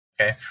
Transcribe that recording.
Okay